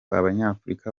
abanyafrika